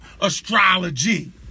Astrology